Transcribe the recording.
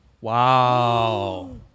Wow